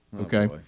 okay